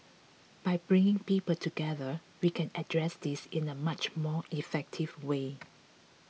by bringing people together we can address this in a much more effective way